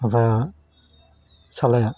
माबाया फिसालाया